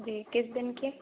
जी किस दिन की